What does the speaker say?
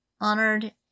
honored